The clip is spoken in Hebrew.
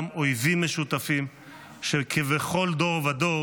גם אויבים משותפים שכבכל דור ודור